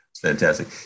fantastic